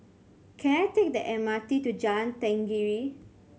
can I take the M R T to Jalan Tenggiri